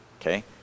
okay